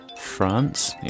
France